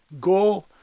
go